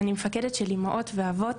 אני מפקדת של אימהות ואבות,